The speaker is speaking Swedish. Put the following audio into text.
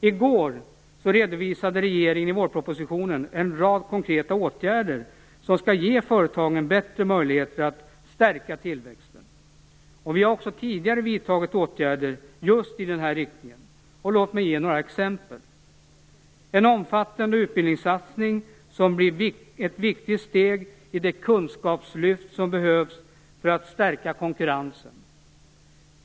I går redovisade regeringen i vårpropositionen en rad konkreta åtgärder som skall ge företagen bättre möjligheter att stärka tillväxten. Vi har också tidigare vidtagit åtgärder just i den riktningen. Låt mig ge några exempel. En omfattande utbildningssatsning som blir ett viktigt steg i det kunskapslyft som behövs för att stärka konkurrensen.